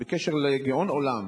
בקשר לגאון עולם,